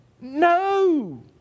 No